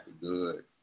good